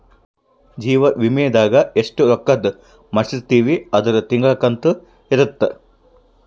ಜೀವ ವಿಮೆದಾಗ ಎಸ್ಟ ರೊಕ್ಕಧ್ ಮಾಡ್ಸಿರ್ತಿವಿ ಅದುರ್ ತಿಂಗಳ ಕಂತು ಇರುತ್ತ